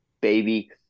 baby